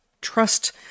trust